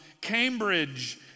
Cambridge